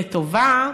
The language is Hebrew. לטובה,